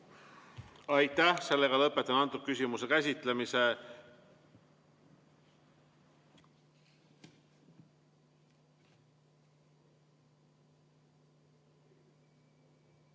Aitäh! Ma lõpetan antud küsimuse käsitlemise.